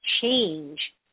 change